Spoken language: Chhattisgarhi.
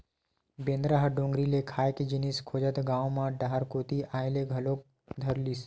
बेंदरा ह डोगरी ले खाए के जिनिस खोजत गाँव म डहर कोती अये ल घलोक धरलिस